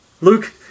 Luke